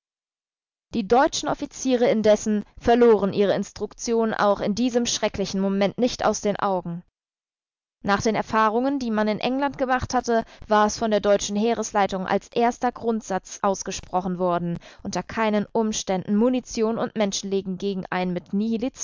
die deutschen offiziere indessen verloren ihre instruktion auch in diesem schrecklichen moment nicht aus den augen nach den erfahrungen die man in england gemacht hatte war es von der deutschen heeresleitung als erster grundsatz ausgesprochen worden unter keinen umständen munition und menschenleben gegen ein mit